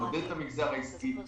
לעודד את המגזר העסקי,